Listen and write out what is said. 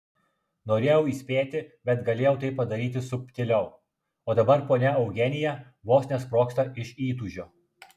norėjau įspėti bet galėjau tai padaryti subtiliau o dabar ponia eugenija vos nesprogsta iš įtūžio